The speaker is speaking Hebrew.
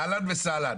אהלן וסהלן.